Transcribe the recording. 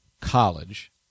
college